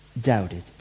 doubted